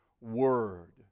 Word